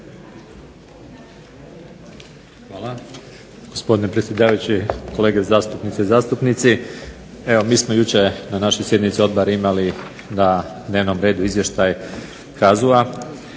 (IDS)** Gospodine predsjedavajući, kolege zastupnice i zastupnici. Evo mi smo jučer na našoj sjednici odbora imali na dnevnom redu Izvještaj HAZU-a.